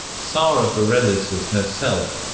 sara bareilles as herself